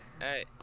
Hey